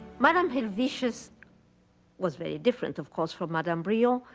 madam helvetius was very different, of course, from madame brillon.